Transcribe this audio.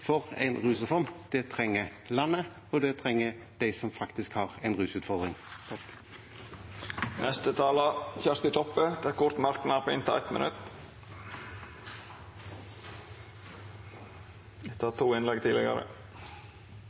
for en rusreform. Det trenger landet, og det trenger de som faktisk har en rusutfordring. Representanten Kjersti Toppe har hatt ordet to gonger tidlegare og får ordet til ein kort merknad, avgrensa til 1 minutt.